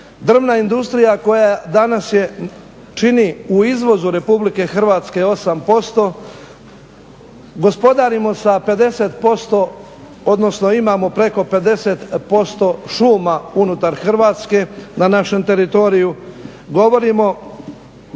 Drvna industrija koja danas čini u izvozu RH 8%, gospodarimo sa 50%, odnosno imamo preko 50% šuma unutar Hrvatske na našem teritoriju, govorimo